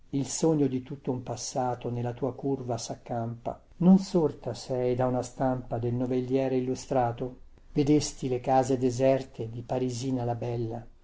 il sogno di tutto un passato nella tua curva saccampa non sorta sei da una stampa del novelliere illustrato vedesti le case deserte di parisina la bella